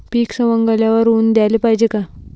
पीक सवंगल्यावर ऊन द्याले पायजे का?